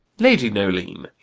lady noeline,